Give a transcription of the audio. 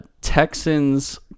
texans